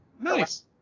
nice